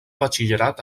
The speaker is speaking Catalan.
batxillerat